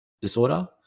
disorder